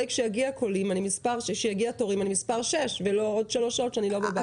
כשיגיע תורי כמספר שש ולא עוד שלוש שעות כשאני לא בבית.